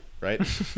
right